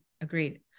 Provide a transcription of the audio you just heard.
Agreed